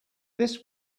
this